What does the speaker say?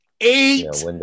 Eight